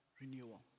renewal